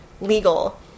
legal